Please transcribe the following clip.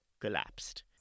collapsed